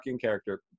character